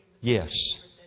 Yes